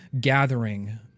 gathering